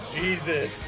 Jesus